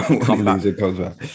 Comeback